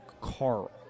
Carl